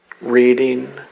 reading